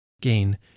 gain